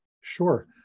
Sure